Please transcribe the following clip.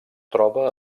troba